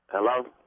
Hello